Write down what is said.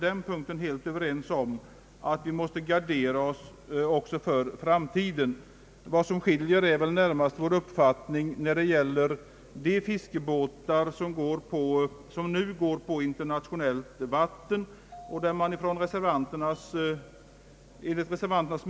Därför vore det intressant att få reda på vad herr Engkvist grundar sin och utskottsmajoritetens uppfattning på. När det gäller den andra punkten i den här meningen, säger herr Engkvist att hela fiskeflottan ändå kommer att användas.